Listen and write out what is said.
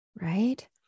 right